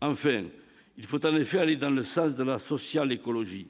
Enfin, il faut aller dans le sens de la social-écologie,